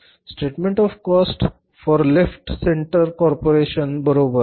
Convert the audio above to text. statement of cost for left centre corporation बरोबर